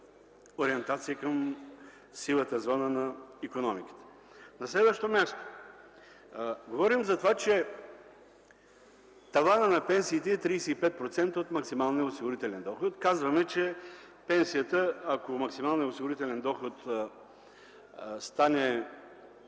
бизнеса към сивата зона на икономиката. На следващо място, говорим за това, че таванът на пенсиите е 35% от максималния осигурителен доход. Казваме, че ако максималният осигурителен доход стане